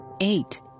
Eight